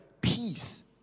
peace